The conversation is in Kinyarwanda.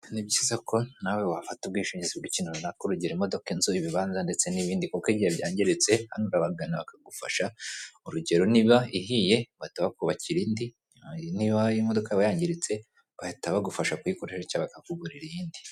Ni byiza ko nawe wafata ubwishingizi bw'ikintu runaka. Urugero imodoka, inzu, ibibanza ndetse n'ibindi; kuko igihe byangiritse, hano urabagana bakagufasha. Urugero niba ihiye bahita bakubakira indi, niba imodoka yawe yangiritse bahita bagufasha kuyikoresha cyangwa bakakugurira iyindi.